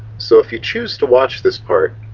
so if you choose to watch this part,